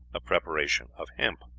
a preparation of hemp.